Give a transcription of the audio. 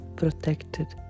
protected